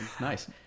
nice